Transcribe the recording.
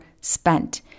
spent